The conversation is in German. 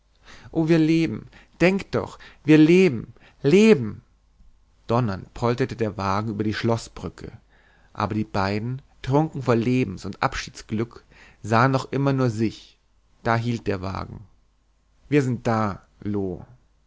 oh wir leben denk doch wir leben leben donnernd polterte der wagen über die schloßbrücke aber die beiden trunken vor lebens und abschiedsglück sahen noch immer nur sich da hielt der wagen wir sind da loo